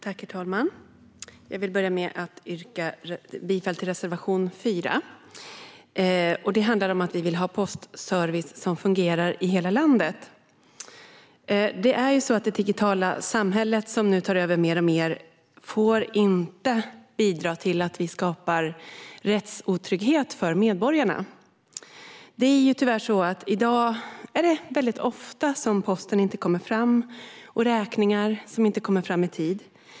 Herr talman! Jag vill börja med att yrka bifall till reservation 4, som handlar om att vi vill ha postservice som fungerar i hela landet. Det digitala samhället, som tar över mer och mer, får inte bidra till att vi skapar rättsotrygghet för medborgarna. I dag är det tyvärr väldigt ofta som post och räkningar inte kommer fram i tid.